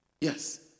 yes